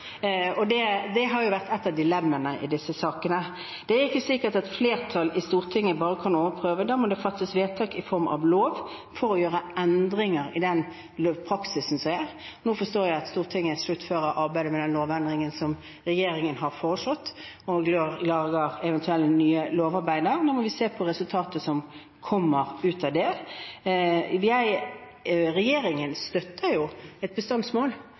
og det har vært et av dilemmaene i disse sakene. Det er ikke slik at et flertall i Stortinget bare kan overprøve. Det må fattes vedtak i form av lov for å gjøre endringer i den praksisen som er. Nå forstår jeg at Stortinget sluttfører arbeidet med den lovendringen som regjeringen har foreslått, og lager eventuelle nye lovarbeider. Så må vi se på resultatet av det. Regjeringen støtter et bestandsmål